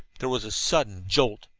there was a sudden jolt,